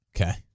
Okay